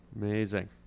Amazing